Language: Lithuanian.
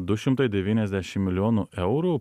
du šimtai devyniasdešim milijonų eurų